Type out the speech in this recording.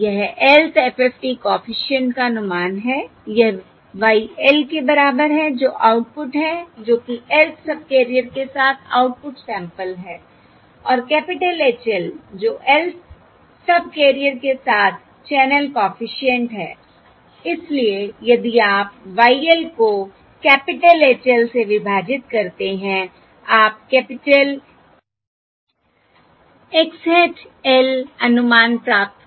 यह lth FFT coefficient का अनुमान है यह Y l के बराबर है जो आउटपुट है जो कि lth सबकैरियर के साथ आउटपुट सैंपल है और कैपिटल H l जो lth सबकैरियर के साथ चैनल कॉफिशिएंट है इसलिए यदि आप Y l को कैपिटल H l से विभाजित करते हैं आप कैपिटल X hat l अनुमान प्राप्त करते हैं